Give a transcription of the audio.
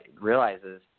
realizes –